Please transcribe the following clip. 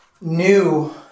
new